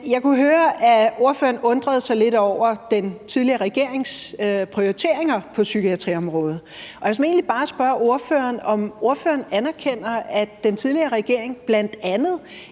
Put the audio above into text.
jeg kunne høre, at ordføreren undrede sig lidt over den tidligere regerings prioriteringer på psykiatriområdet, og jeg vil såmænd egentlig bare spørge ordføreren, om ordføreren anerkender, at den tidligere regering bl.a. i den